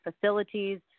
facilities